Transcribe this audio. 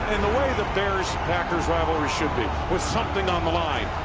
and the way the bears packers rivalry should be, with something on the line.